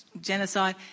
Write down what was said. Genocide